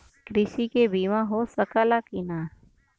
कृषि के बिमा हो सकला की ना?